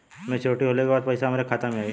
Maturity होले के बाद पैसा हमरे खाता में आई?